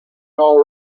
all